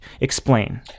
explain